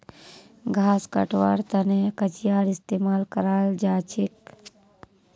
घास कटवार तने कचीयार इस्तेमाल कराल जाछेक